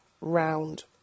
round